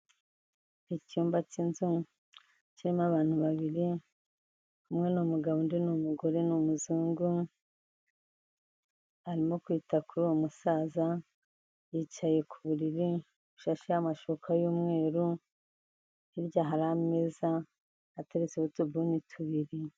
Icyumba cy'inzu kirimo abantu babiri, umwe n'umugabo, undi ni umugore ni umuzungu, arimo kwita kuri uwo musaza, yicaye ku buriri bushasheho amashuka y'umweru, hirya hari ameza ateretse utubuni tubiri.